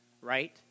Right